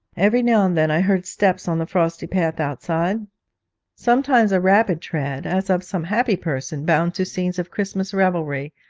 every now and then i heard steps on the frosty path outside sometimes a rapid tread, as of some happy person bound to scenes of christmas revelry,